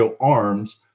arms